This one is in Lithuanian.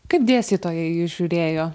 kaip dėstytojai į jus žiūrėjo